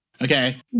Okay